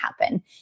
happen